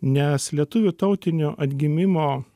nes lietuvių tautinio atgimimo